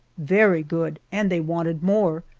very good, and they wanted more,